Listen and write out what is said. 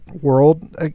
world